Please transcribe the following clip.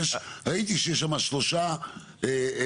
ראיתי שיש שם שלוש אפשרויות.